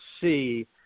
see